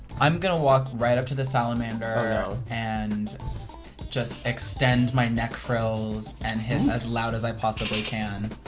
i'm gonna walk right up to the salamander oh no. and just extend my neck frills and hiss as loud as i possibly can.